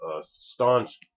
staunch